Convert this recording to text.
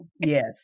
yes